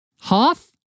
Hoth